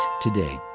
today